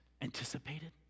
anticipated